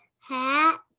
hat